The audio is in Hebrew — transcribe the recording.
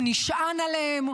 הוא נשען עליהם,